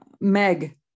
meg